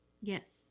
Yes